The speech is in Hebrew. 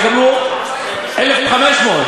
שיקבלו 1,500,